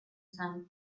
sand